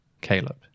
Caleb